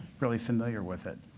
really familiar with it.